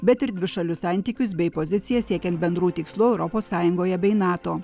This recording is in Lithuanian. bet ir dvišalius santykius bei poziciją siekiant bendrų tikslų europos sąjungoje bei nato